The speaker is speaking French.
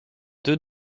deux